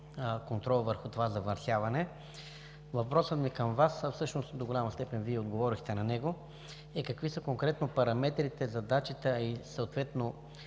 контрола върху замърсяването, въпросът ми към Вас – всъщност до голяма степен Вие отговорихте на него, е: какви са конкретно параметрите, задачите, а и съответно